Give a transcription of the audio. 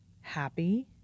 happy